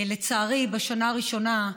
לצערי, בשנה הראשונה,